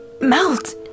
melt